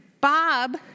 Bob